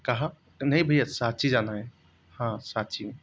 कहाँ नहीं भैया सांची जाना है हाँ सांची